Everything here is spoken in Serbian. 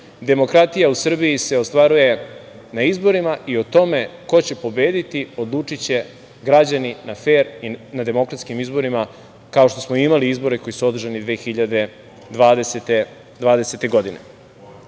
Demokratija u Srbiji se ostvaruje na izborima i o tome ko će pobediti odlučiće građani na fer i na demokratskim izborima kao što smo imali izbore koji su održani 2020. godine. Mi